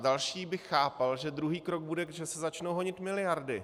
Další bych chápal, že druhý krok bude, že se začnou honit miliardy.